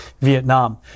Vietnam